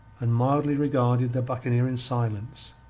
and mildly regarded the buccaneer in silence.